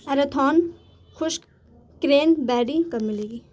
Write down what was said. اروتھون خشک کرینبیری کب ملے گی